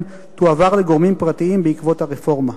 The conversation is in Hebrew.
תועבר לגורמים פרטיים בעקבות הרפורמה.